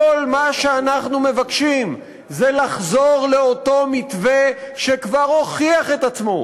כל מה שאנחנו מבקשים זה לחזור לאותו מתווה שכבר הוכיח את עצמו,